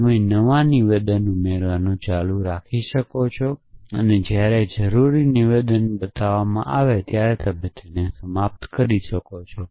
તમે નવા નિવેદનો ઉમેરવાનું ચાલુ રાખી શકો છો અને જ્યારે જરૂરી નિવેદન બનાવવામાં આવે ત્યારે તમે સમાપ્ત કરી શકો છો